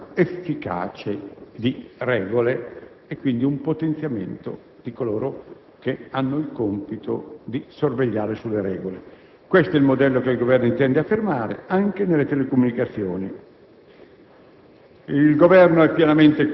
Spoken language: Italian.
attraverso un sistema efficace di regole e quindi con un potenziamento di coloro che hanno il compito di sorvegliare sulle regole. Questo è il modello che il Governo intende affermare, anche nelle telecomunicazioni.